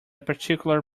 particular